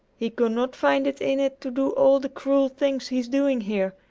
he could not find it in it to do all the cruel things he's doing here.